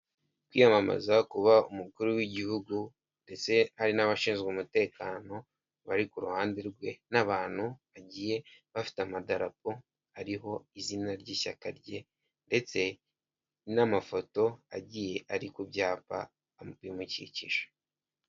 Kwiyamamaza kuba umukuru w'igihugu ndetse hari n'abashinzwe umutekano bari ku ruhande rwe n'abantu bagiye bafite amadarapo ariho izina ry'ishyaka rye ndetse n'amafoto agiye ari ku byapa bimukikije.